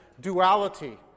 duality